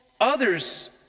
others